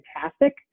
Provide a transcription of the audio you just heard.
fantastic